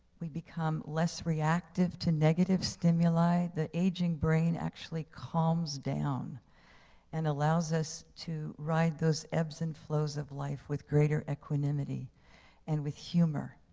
we become less reactive to negative stimuli. the aging brain actually calms down and allows us to ride those ebbs and flows of life with greater equanimity and with humor.